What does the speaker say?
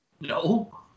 No